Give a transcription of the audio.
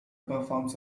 performs